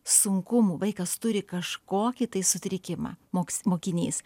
sunkumų vaikas turi kažkokį tai sutrikimą moks mokinys